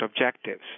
objectives